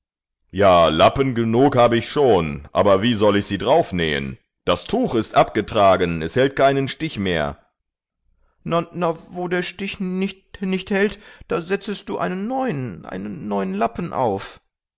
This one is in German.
ja lappen genug habe ich schon aber wie soll ich sie draufnähen das tuch ist abgetragen es hält keinen stich mehr na wo der stich nicht hält da setzest du einen neuen lappen auf